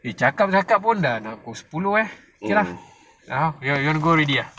eh cakap-cakap pun dah pukul sepuluh eh okay lah you you want to go already ah